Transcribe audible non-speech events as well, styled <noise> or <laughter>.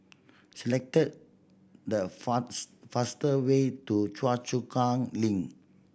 selected the <unintelligible> fastest way to Choa Chu Kang Link